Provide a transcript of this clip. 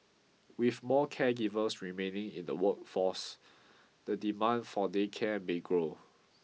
with more caregivers remaining in the workforce the demand for day care may grow